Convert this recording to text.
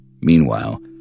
Meanwhile